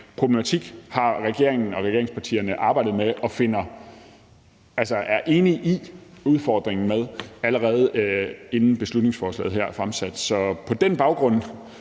problematik har regeringen og regeringspartierne arbejdet med, og vi var enige i udfordringen med det, allerede inden beslutningsforslaget her blev fremsat. Så på den baggrund